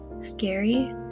scary